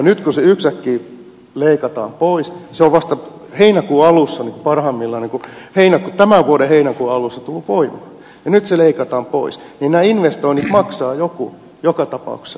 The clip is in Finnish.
nyt kun se yhtäkkiä leikataan pois se on vasta heinäkuun alussa parhaimmillani mutta jo tämän vuoden heinäkuun alussa tullut voimaan ja nyt se leikataan pois niin nämä investoinnit maksaa joku joka tapauksessa ja se on kuluttaja